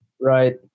Right